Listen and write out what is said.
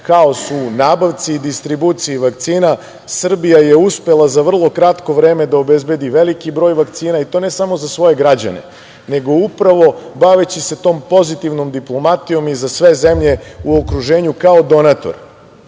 haos u nabavci i distribuciji vakcina, Srbija je uspela za vrlo kratko vreme da obezbedi veliki broj vakcina, i to ne samo za svoje građane, nego upravo baveći se tom pozitivnom diplomatijom i za sve zemlje u okruženju kao donator.